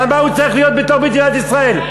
למה הוא צריך להיות בתוך מדינת ישראל?